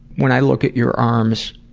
when i look at your arms